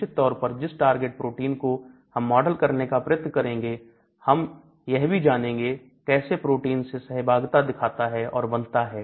निश्चित तौर पर जिस टारगेट प्रोटीन को हम मॉडल करने का प्रयत्न करेंगे हम यह भी जानेंगे कैसे प्रोटीन से सहभागिता दिखाता है और बंधता है